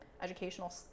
educational